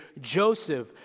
Joseph